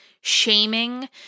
shaming